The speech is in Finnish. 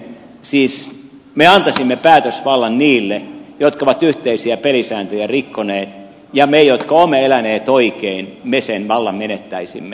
siis me antaisimme päätösvallan niille jotka ovat yhteisiä pelisääntöjä rikkoneet ja me jotka olemme eläneet oikein sen vallan menettäisimme